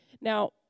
Now